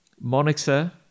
monitor